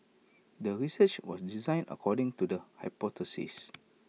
the research was designed according to the hypothesis